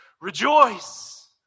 rejoice